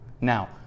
now